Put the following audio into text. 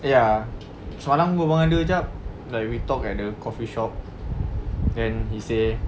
ya semalam berbual dengan dia jap like we talk at the coffee shop then he say